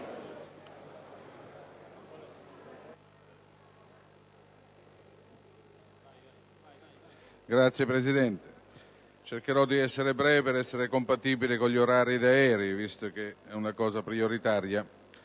Signora Presidente, cercherò di essere breve per essere compatibile con gli orari degli aerei, visto che è cosa prioritaria.